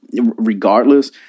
regardless